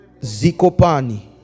zikopani